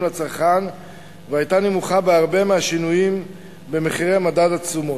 לצרכן והיתה נמוכה בהרבה מהשינויים במחירי מדד התשומות.